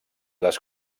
les